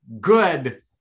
good